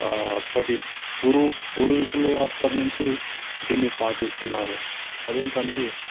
అప్పటి పూరు పూర్వీకులు అప్పటినుంచి దీని పాటిస్తున్నారు అదేంటంటే